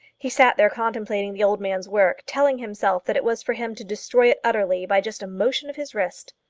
he sat there contemplating the old man's work, telling himself that it was for him to destroy it utterly by just a motion of his wrist.